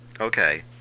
Okay